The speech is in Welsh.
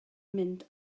mynd